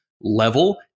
level